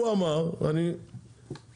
הוא אמר נכון,